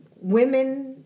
women